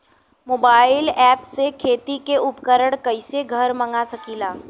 Mobile ऐपसे खेती के उपकरण कइसे घर मगा सकीला?